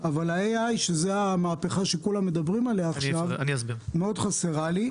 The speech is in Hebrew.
אבל ה-AI שזו המהפכה שכולם מדברים עליה עכשיו מאוד חסרה לי.